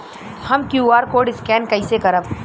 हम QR code scan कइसे करब?